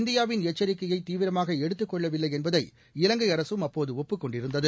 இந்தியாவின் எச்சரிக்கையை தீவிரமாக எடுத்துக் கொள்ளவில்லை என்பதை இலங்கை அரசும் அப்போது ஒப்புக் கொண்டிருந்தது